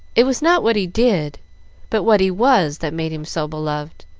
it was not what he did but what he was that made him so beloved.